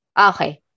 okay